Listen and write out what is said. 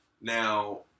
Now